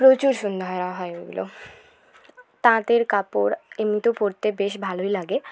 প্রচুর সুন্দর হয় ওগুলো তাঁতের কাপড় এমনিতেও পরতে বেশ ভালো লাগে